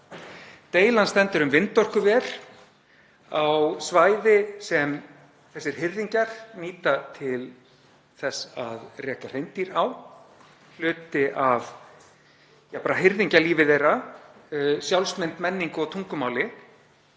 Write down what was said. Deilan stendur um vindorkuver á svæði sem þessir hirðingjar nýta til þess að reka hreindýr á, hluti af hirðingjalífi þeirra, sjálfsmynd, menningu og tungumáli.